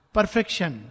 Perfection